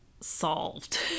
solved